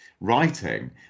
writing